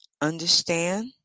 Understand